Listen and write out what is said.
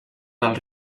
del